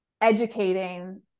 educating